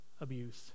abuse